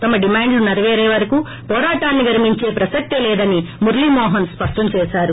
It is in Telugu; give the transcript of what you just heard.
తమ డిమాండ్లు నెరవేరేవరకు పోరాటాన్సి విరమించే ప్రసక్తే లేదని మురళీ మోహన్ స్పష్టంచేశారు